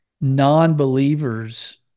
non-believers